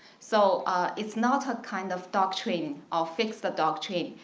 so it's not a kind of doctrine of fix the doctrine.